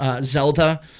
Zelda